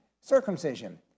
Circumcision